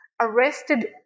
arrested